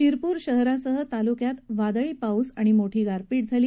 शिरपुर शहरासह तालुक्यात वादळी पाऊस आणि मोठी गारपीट झाली